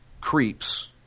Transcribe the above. creeps